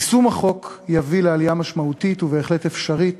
יישום החוק יביא לעלייה משמעותית ובהחלט אפשרית